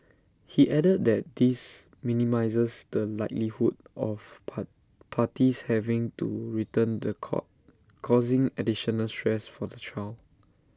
he added that this minimises the likelihood of par parties having to return The Court causing additional stress for the child